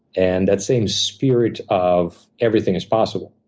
and that same spirit of everything is possible.